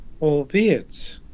albeit